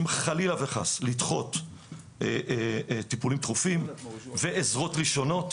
חלילה וחס ולדחות טיפולים דחופים ועזרות ראשונות.